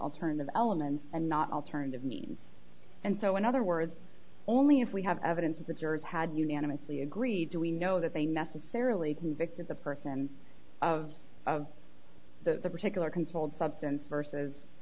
alternative elements and not alternative means and so in other words only if we have evidence of the jurors had unanimously agreed to we know that they necessarily convict as a person of of the particular controlled substance versus